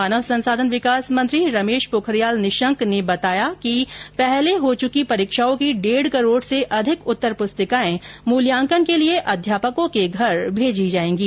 मानव संसाधन विकास मंत्री रमेश पोखरियाल निशंक ने बताया कि पहले हो चुकी परीक्षाओं की डेढ़ करोड़ से अधिक उत्तर प्रस्तिकाएं मूल्याकन के लिए अध्यापकों के घर भेजी जाएंगी